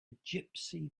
gypsy